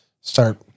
start